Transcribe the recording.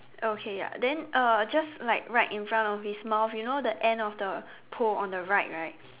okay ya then uh just like right in front of this small you know the end of the pole on the right right